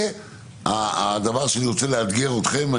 זה הדבר שאני רוצה לאתגר אתכם.